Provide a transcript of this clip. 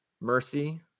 Mercy